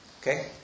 Okay